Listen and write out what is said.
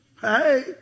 hey